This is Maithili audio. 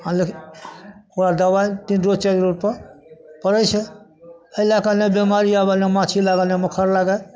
हँ लेकिन ओकरा दबाइ तीन रोज चारि रोज पर पड़ैत छै एहि लए कऽ नहि बेमारी आओल नहि माछी लागल नहि मच्छड़ लागल